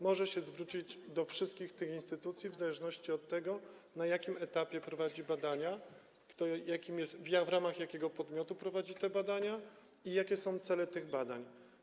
Może się zwrócić do wszystkich tych instytucji w zależności od tego, na jakim etapie prowadzi badania, w ramach jakiego podmiotu prowadzi te badania i jakie są cele tych badań.